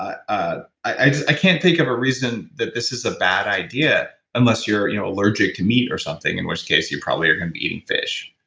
ah ah i can't think of a reason that this is a bad idea, unless you're you know allergic to meat or something, in which case you probably are going to be eating fish